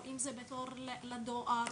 או בתור לדואר,